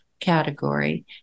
category